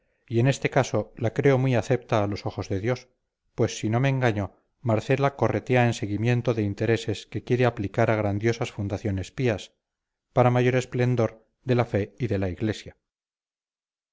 y en este caso la creo muy acepta a los ojos de dios pues si no me engaño marcela corretea en seguimiento de intereses que quiere aplicar a grandiosas fundaciones pías para mayor esplendor de la fe y de la iglesia